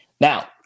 Now